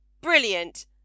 Brilliant